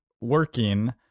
working